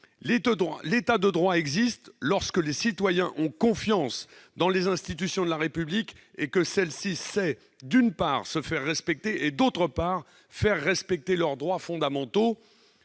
L'État de droit existe lorsque les citoyens ont confiance dans les institutions de la République et que celle-ci sait, d'une part, se faire respecter et, d'autre part, faire respecter les droits fondamentaux